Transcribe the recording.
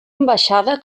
ambaixada